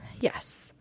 Yes